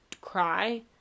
cry